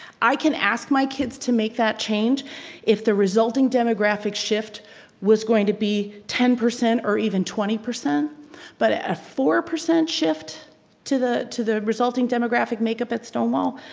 i can ask my kids to make that change if the resulting demographic shift was going to be ten percent or even twenty percent but a four percent shift to the to the resulting demographic makeup at stonewall,